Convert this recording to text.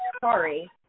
sorry